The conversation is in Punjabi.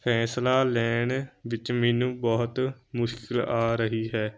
ਫੈਸਲਾ ਲੈਣ ਵਿੱਚ ਮੈਨੂੰ ਬਹੁਤ ਮੁਸ਼ਕਲ ਆ ਰਹੀ ਹੈ